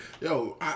Yo